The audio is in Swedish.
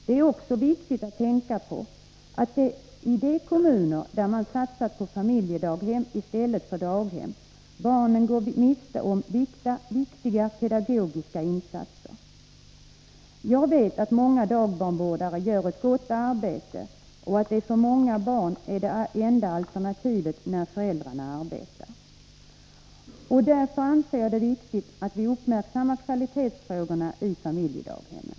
Det är också viktigt att tänka på att i de kommuner där man satsat på familjedaghem i stället för daghem, barnen går miste om viktiga pedagogiska insatser. Jag vet att många dagbarnvårdare gör ett gott arbete och att de för många barn är det enda som står till buds när föräldrarna arbetar. Därför anser jag det viktigt att vi även uppmärksammar kvalitetsfrågorna i familjedaghemmen.